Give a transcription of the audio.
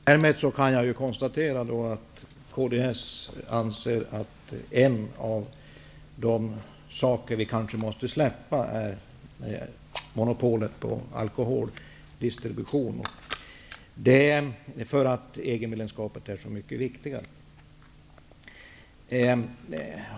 Herr talman! Därmed kan jag konstatera att kds anser att ett av de krav som vi kanske måste släppa är monopolet på alkoholdistribution. EG medlemskapet är så mycket viktigare.